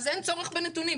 אז אין צורך בנתונים,